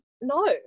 no